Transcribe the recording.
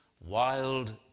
wild